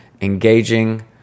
engaging